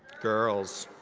girls.